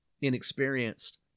inexperienced